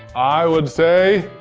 i would say.